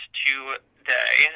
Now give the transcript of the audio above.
today